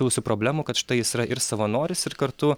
kilusių problemų kad štai jis yra ir savanoris ir kartu